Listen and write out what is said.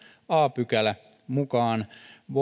a pykälän mukaan